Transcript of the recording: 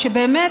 ובאמת,